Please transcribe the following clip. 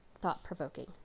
thought-provoking